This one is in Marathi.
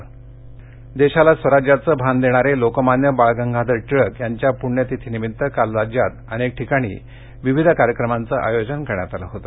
पुण्यतिथी देशाला स्वराज्याचं भान देणारे लोकमान्य बाळ गंगाधर टिळक यांच्या पुण्यतिथिनिमित्त काल राज्यात अनेक ठिकाणी विविध कार्यक्रमाचं आयोजन करण्यात आलं होतं